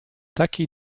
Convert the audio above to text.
taki